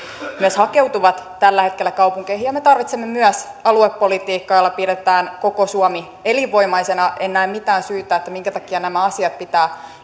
myös hakeutuvat tällä hetkellä kaupunkeihin ja me tarvitsemme myös aluepolitiikkaa jolla pidetään koko suomi elinvoimaisena en näe mitään syytä minkä takia nämä asiat pitää